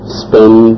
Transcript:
spend